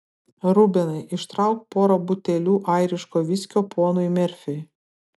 rubenai ištrauk porą butelių airiško viskio ponui merfiui